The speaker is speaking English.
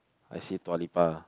I see Dua-Lipa